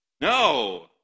No